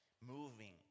moving